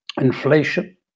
Inflation